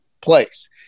place